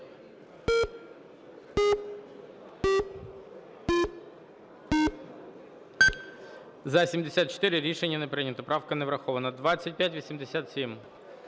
За-74 Рішення не прийнято, правка не врахована. 2587.